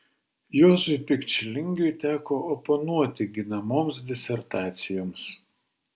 juozui pikčilingiui teko oponuoti ginamoms disertacijoms